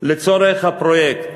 לצורך הפרויקט.